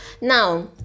Now